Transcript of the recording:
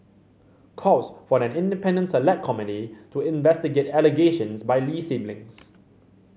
calls for an independent Select Committee to investigate allegations by Lee siblings